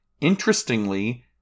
interestingly